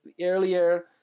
earlier